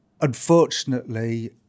unfortunately